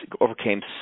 overcame